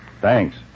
Thanks